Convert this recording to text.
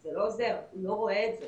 זה לא עוזר, הוא לא רואה את זה.